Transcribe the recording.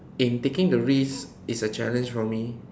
in taking the risk is a challenge for me